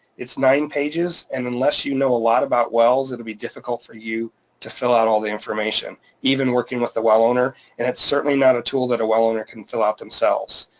it's nine pages, and unless you know a lot about wells, it will be difficult for you to fill out all the information, even working with a well owner. and it's certainly not a tool that a well owner can fill out themselves.